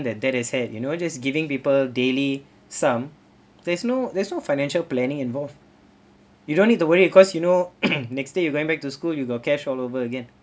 that they is head you know just giving people daily some there is no there is no financial planning involved you don't need to worry cause you know next day you went back to school you got cash all over again